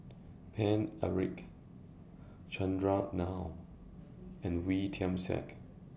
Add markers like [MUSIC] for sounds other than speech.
Paine Eric Chandran [UNINTELLIGIBLE] and Wee Tian Siak